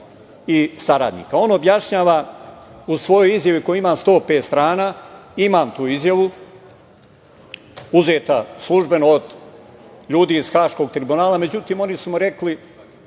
i saradnika. On objašnjava u svojoj izjavi koja ima 105 strana, imam tu izjavu, uzeta službeno od ljudi iz Haškog tribunala. Međutim, oni su mu rekli: